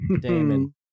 Damon